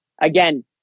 again